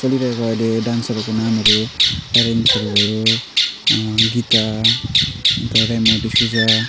चलिरहेको अहिले डान्सहरूको नामहरू ट्यारेन्सहरू भयो गीता अन्त रेमो डिसुजा